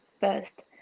first